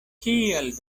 kial